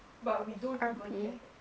R_P